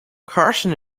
carson